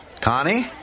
Connie